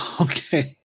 okay